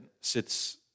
sits